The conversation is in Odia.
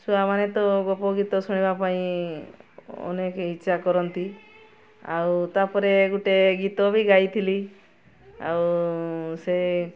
ଛୁଆମାନେ ତ ଗପ ଗୀତ ଶୁଣିବା ପାଇଁ ଅନେକ ଇଚ୍ଛା କରନ୍ତି ଆଉ ତା'ପରେ ଗୁଟେ ଗୀତ ବି ଗାଇଥିଲି ଆଉ ସେ